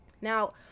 Now